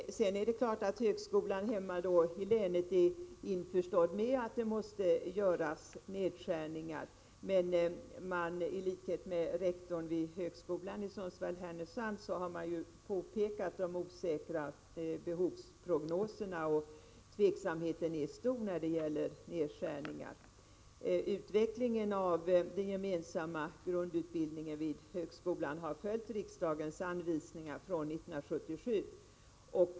Inom högskolan hemma i länet är man införstådd med att nedskärningar måste göras. Men i likhet med rektorn vid högskolan i Sundsvall-Härnösand har man påpekat de osäkra behovsprognoserna. Tveksamheten är stor när det gäller nedskärningar. Utvecklingen av den gemensamma grundutbildningen vid högskolan har följt riksdagens anvisningar från 1977.